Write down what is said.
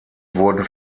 wurden